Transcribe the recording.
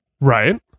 Right